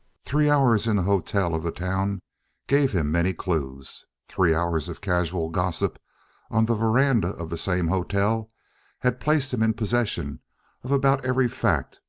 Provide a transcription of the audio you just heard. three hours in the hotel of the town gave him many clues. three hours of casual gossip on the veranda of the same hotel had placed him in possession of about every fact,